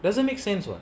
doesn't make sense [what]